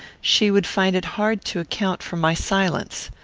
she would find it hard to account for my silence.